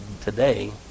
today